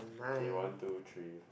okay one two three four